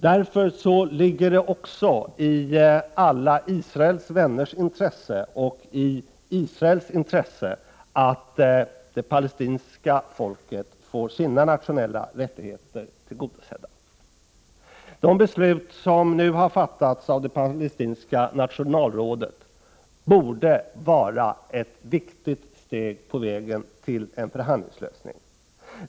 Det ligger således i alla Israels vänners intresse och i Israels intresse att det palestinska folket får sina nationella rättigheter tillgodosedda. De beslut som nu har fattats av det palestinska nationalrådet borde vara ett viktigt steg på vägen till en förhandlingslösning.